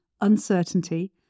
uncertainty